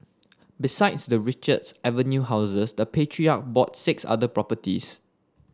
besides the Richards Avenue houses the patriarch bought six other properties